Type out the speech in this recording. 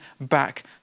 back